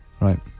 right